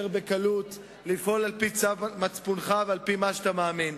בקלות לפעול על-פי צו מצפונך ולפי מה שאתה מאמין.